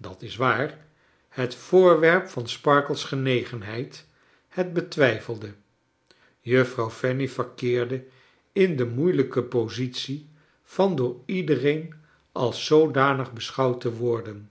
dat is waar het voorwerp van sparkler's genegenheid het betwijfelde juffrouw fanny verkeerde in de moeilijke positie van door iedereen als zoodanig beschouwd te worden